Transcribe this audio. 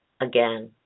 again